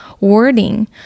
wording